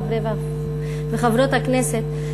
חברי וחברות הכנסת,